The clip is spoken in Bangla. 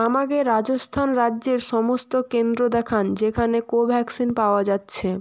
আমাকে রাজস্থান রাজ্যের সমস্ত কেন্দ্র দেখান যেখানে কোভ্যাক্সিন পাওয়া যাচ্ছে